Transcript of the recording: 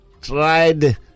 tried